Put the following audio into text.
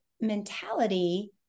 mentality